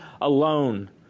alone